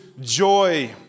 joy